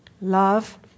Love